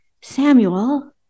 Samuel